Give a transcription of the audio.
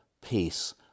peace